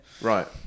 right